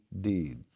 deed